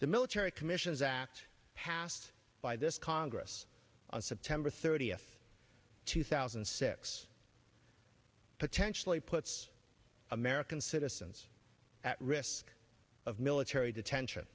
the military commissions act passed by this congress on september thirtieth two thousand and six potentially puts american citizens at risk of military detention